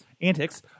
antics